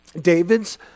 David's